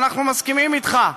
אנחנו מסכימים איתך.